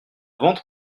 ventre